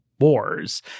wars